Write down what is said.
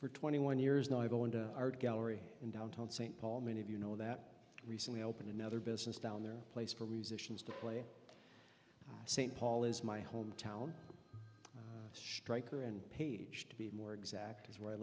for twenty one years now i go into art gallery in downtown st paul many of you know that recently opened another business down there place for musicians to play st paul is my hometown striker and page to be more exact is where i